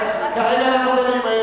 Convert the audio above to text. כרגע איננו דנים.